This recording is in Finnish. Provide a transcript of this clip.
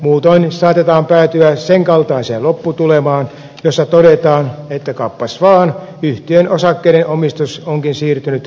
muutoin saatetaan päätyä senkaltaiseen lopputulemaan jossa todetaan että kappas vaan yhtiön osakkeiden omistus onkin siirtynyt kansainvälisille toimijoille